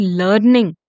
learning